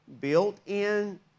built-in